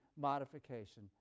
modification